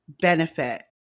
benefit